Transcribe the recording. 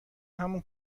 همون